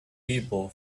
people